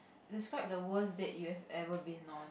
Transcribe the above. describe the worst date you have ever been known